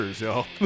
y'all